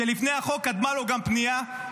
לחוק קדמה גם פנייה,